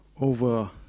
over